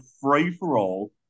free-for-all